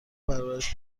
پرورش